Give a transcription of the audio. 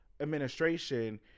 administration